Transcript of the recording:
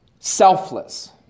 Selfless